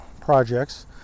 projects